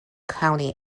county